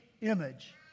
image